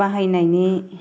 बाहायनायनि